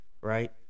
right